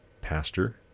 pastor